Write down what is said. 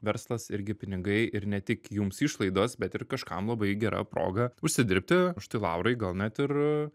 verslas irgi pinigai ir ne tik jums išlaidos bet ir kažkam labai gera proga užsidirbti štai laurai gal net ir